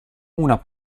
una